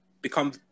become